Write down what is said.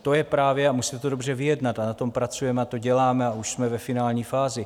To je právě, a musíte to dobře vyjednat, na tom pracujeme, to děláme a už jsme ve finální fázi.